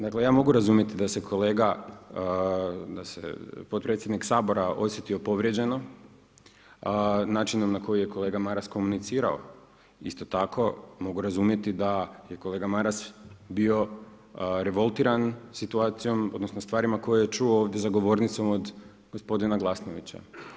Dakle ja mogu razumjeti da se kolega, da se potpredsjednik Sabora osjetio povrijeđeno načinom na koji je kolega Maras komunicirao, isto tako mogu razumjeti da je kolega Maras bio revoltiran situacijom odnosno stvarima koje je čuo ovdje za govornicom od gospodina Glasnovića.